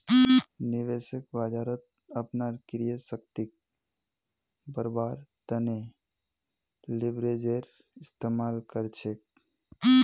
निवेशक बाजारत अपनार क्रय शक्तिक बढ़व्वार तने लीवरेजेर इस्तमाल कर छेक